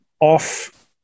off